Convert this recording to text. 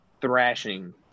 thrashing